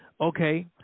Okay